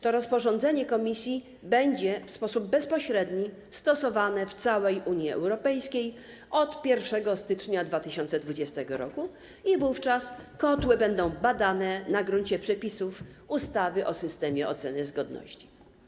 To rozporządzenie Komisji będzie w sposób bezpośredni stosowane w całej Unii Europejskiej od 1 stycznia 2020 r. i wówczas kotły będą badane na gruncie przepisów ustawy o systemie oceny zgodności.